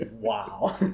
Wow